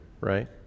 right